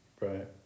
Right